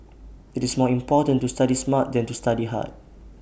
IT is more important to study smart than to study hard